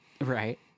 Right